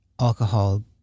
alcohol